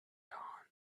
dawn